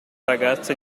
ragazza